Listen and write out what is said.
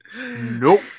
Nope